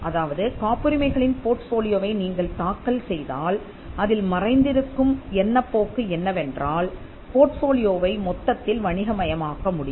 அதாவது காப்புரிமைகளின் போர்ட்போலியோவை நீங்கள் தாக்கல் செய்தால் அதில் மறைந்திருக்கும் எண்ணப்போக்கு என்னவென்றால் போர்ட்ஃபோலியோவை மொத்தத்தில் வணிகமயமாக்க முடியும்